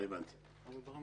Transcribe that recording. הבנתי.